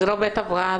זה לא בית הבראה,